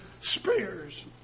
spears